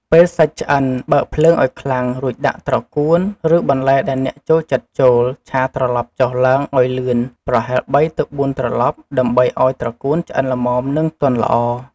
ពេលសាច់ឆ្អិន បើកភ្លើងឱ្យខ្លាំង រួចដាក់ត្រកួន ឬបន្លែដែលអ្នកចូលចិត្តចូល ឆាត្រឡប់ចុះឡើងឱ្យលឿន ប្រហែល ៣ ទៅ ៤ ត្រឡប់ ដើម្បីឱ្យត្រកួនឆ្អិនល្មម និងទន់ល្អ។